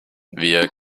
wir